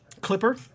clipper